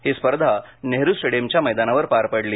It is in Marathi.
ही स्पर्धा नेहरु स्टेडीयमच्या मैदानावर पार पडली